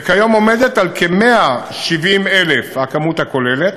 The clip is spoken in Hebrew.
וכיום עומד על כ-170,000, המספר הכולל.